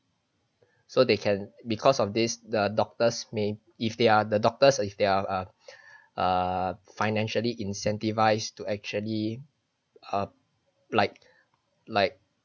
so they can because of this the doctors may if they are the doctors if they are uh uh financially incentivize to actually uh like like